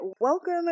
welcome